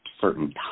certain